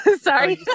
sorry